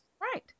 Right